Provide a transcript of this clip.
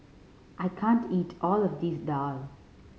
I can't eat all of this daal